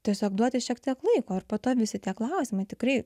tiesiog duoti šiek tiek laiko ir po to visi tie klausimai tikrai